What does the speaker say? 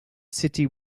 city